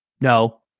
No